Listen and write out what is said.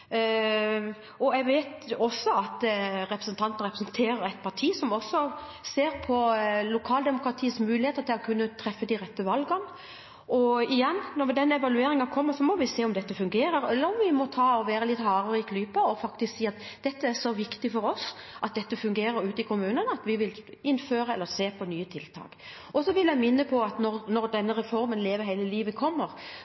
Jeg vet også at representanten Giske representerer et parti som også ser på lokaldemokratiets muligheter til å kunne treffe de rette valgene. Og igjen: Når evalueringen kommer, må vi se om dette fungerer, eller om vi må være litt hardere i klypa og faktisk si at det er så viktig for oss at dette fungerer ute i kommunene at vi vil innføre, eller se på, nye tiltak. Så vil jeg minne om at når